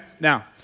Now